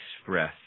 express